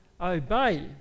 obey